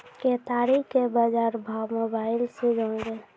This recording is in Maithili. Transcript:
केताड़ी के बाजार भाव मोबाइल से जानवे?